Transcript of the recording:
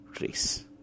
race